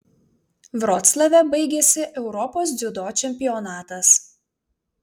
vroclave baigėsi europos dziudo čempionatas